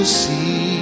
see